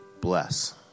bless